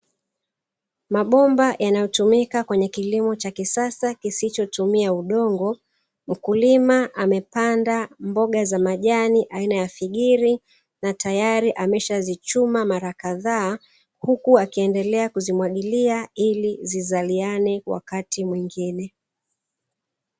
Mabomba yanayotumika kwenye kilimo cha kisasa kisichotumia udongo, mkulima amepanda mboga za majani aina ya figiri na tayari ameshazichuma mara kadhaa, huku akiendelea kuzimwagilia ili zizaliane wakati mwingine.